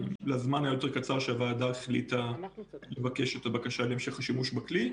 לזמן היותר קצר שהוועדה החליטה לבקש את הבקשה להמשך השימוש בכלי.